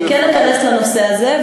אני כן אכנס לנושא הזה,